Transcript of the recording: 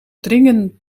dringen